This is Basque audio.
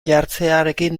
jartzearekin